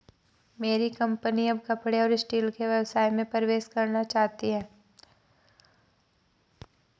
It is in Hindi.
मेरी कंपनी अब कपड़े और स्टील के व्यवसाय में प्रवेश करना चाहती है